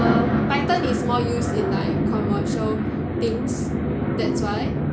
err python is more used in like commercial things that's why